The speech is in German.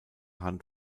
hand